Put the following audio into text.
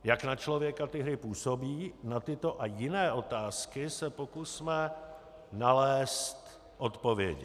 Jak na člověka ty hry působí, na tyto a jiné otázky se pokusme nalézt odpovědi.